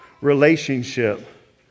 relationship